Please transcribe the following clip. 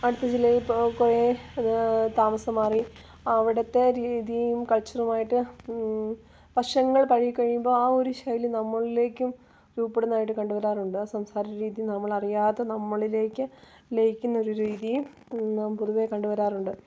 അടുത്ത ജില്ലയിൽ കുറേ താമസം മാറി അവിടത്തെ രീതിയും കൾച്ചറുമായിട്ട് വർഷങ്ങൾ പഴകി കഴിയുമ്പോൾ ആ ഒരു ശൈലി നമ്മളിലേക്കും രൂപപ്പെടുന്നതായിട്ട് കണ്ടുവരാറുണ്ട് ആ സംസാര രീതി നമ്മളറിയാതെ നമ്മളിലേക്ക് ലയിക്കുന്ന ഒരു രീതിയും നാം പൊതുവെ കണ്ടു വരാറുണ്ട്